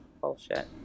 Bullshit